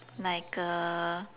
like a